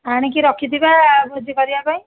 ଆଣିକି ରଖିଥିବା ଭୋଜି କରିବା ପାଇଁ